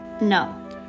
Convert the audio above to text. No